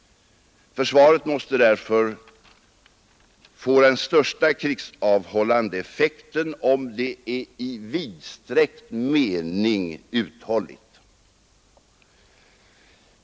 Försvaret måste därför få den största krigsavhållande effekten om det är i vidsträckt mening uthålligt.